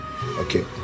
Okay